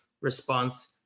response